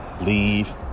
leave